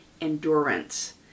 endurance